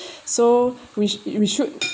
so which we should